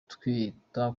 gutwita